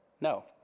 No